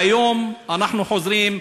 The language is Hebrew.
והיום אנחנו חוזרים,